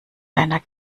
deiner